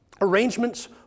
arrangements